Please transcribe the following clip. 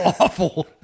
awful